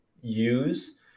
use